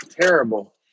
terrible